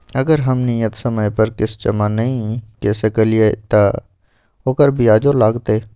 अगर हम नियत समय पर किस्त जमा नय के सकलिए त ओकर ब्याजो लगतै?